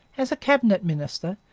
as a cabinet minister,